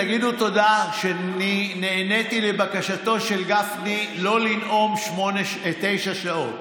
תגידו תודה שאני נעניתי לבקשתו של גפני לא לנאום תשע שעות.